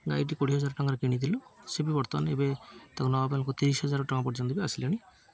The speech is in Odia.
ଗାଈଟି କୋଡ଼ିଏ ହଜାର ଟଙ୍କାରେ କିଣିଥିଲୁ ସେ ବି ବର୍ତ୍ତମାନ ଏବେ ତାକୁ ନେବାପାଇଁ ଲୋକ ତିରିଶ ହଜାର ଟଙ୍କା ପର୍ଯ୍ୟନ୍ତ ବି ଆସିଲାଣି